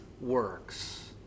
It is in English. works